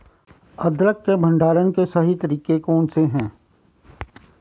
अदरक के भंडारण के सही तरीके कौन से हैं?